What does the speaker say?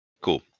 cool